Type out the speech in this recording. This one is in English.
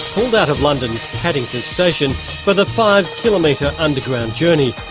pulled out of london's paddington station for the five-kilometre underground journey.